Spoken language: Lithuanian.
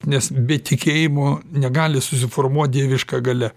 nes be tikėjimo negali susiformuot dieviška galia